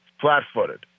flat-footed